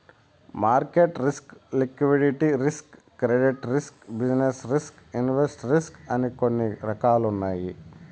market risk liquidity risk credit risk business risk invest risk అని కొన్ని రకాలున్నాయి